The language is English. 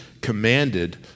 commanded